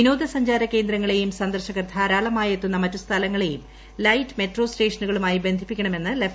വിനോദസഞ്ചാരകേന്ദ്രങ്ങളെയുംസന്ദർശകർ ധാരാളമെത്തുന്ന മറ്റുസ്ഥലങ്ങളെയുംലൈറ്റ് മെട്രോസ്റ്റേഷനുകളുമായി ബന്ധിപ്പിക്കണമെന്ന്ലഫ്